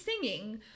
singing